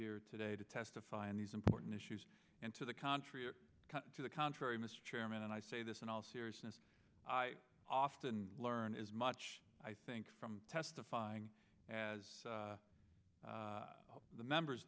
here today to testify in these important issues and to the contrary to the contrary mr chairman and i say this in all seriousness i often learn as much i think from testifying as the members